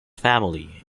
family